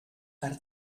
per